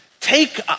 take